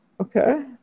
Okay